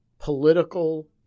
political